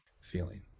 feeling